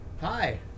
Hi